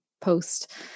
post